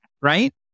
right